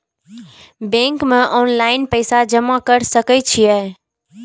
Bank में online पैसा जमा कर सके छीये?